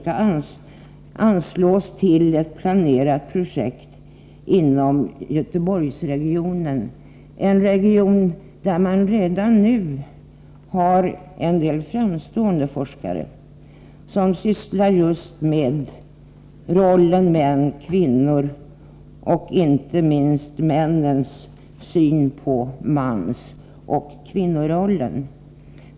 skall anslås till ett planerat projekt inom Göteborgsregionen, en region där redan nu en del framstående forskare sysslar just med relationerna män-kvinnor och inte minst med männens syn på mansoch kvinnorollen.